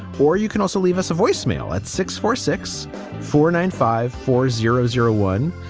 or you can also leave us a voicemail at six four six four nine five four zero zero one.